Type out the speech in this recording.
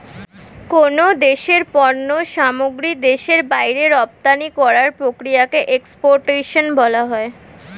কোন দেশের পণ্য সামগ্রী দেশের বাইরে রপ্তানি করার প্রক্রিয়াকে এক্সপোর্টেশন বলা হয়